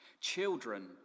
children